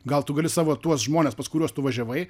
gal tu gali savo tuos žmones pas kuriuos tu važiavai